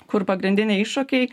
kur pagrindiniai iššūkiai